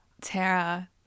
Tara